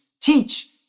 teach